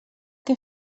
que